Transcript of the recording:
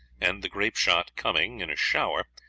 and the grape-shot coming in a shower,